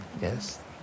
Yes